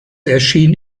erschien